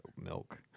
milk